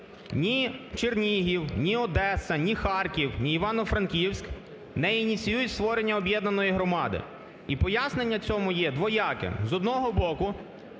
Ні Чернігів, ні Одеса, ні Харків, ні Івано-Франківськ не ініціюють створення об'єднаної громади. І пояснення цьому є двояке. З одного боку,